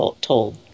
told